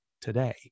today